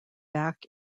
back